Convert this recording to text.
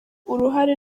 uruhare